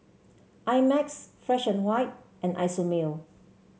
I Max Fresh And White and Isomil